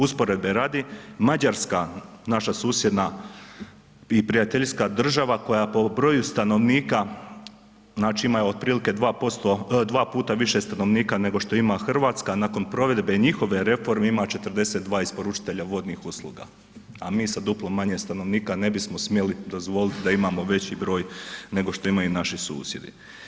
Usporedbe radi Mađarska, naša susjedna i prijateljska država koja po broju stanovnika, znači ima otprilike 2%, 2 puta više stanovnika nego što ima Hrvatska, nakon provedbe njihove reforme ima 42 isporučitelja vodnih usluga, a mi sa duplo manje stanovnika ne bismo smjeli dozvoliti da imamo veći broj nego što imaju naši susjedi.